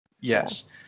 Yes